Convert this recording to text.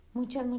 Muchas